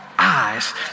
eyes